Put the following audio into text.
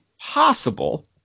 possible